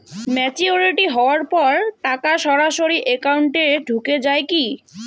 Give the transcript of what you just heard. Maturity হওয়ার পর টাকা সরাসরি একাউন্ট এ ঢুকে য়ায় কি?